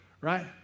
right